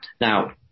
Now